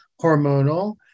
hormonal